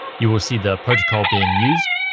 you will see the protocol being used,